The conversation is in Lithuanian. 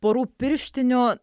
porų pirštinių